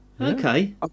Okay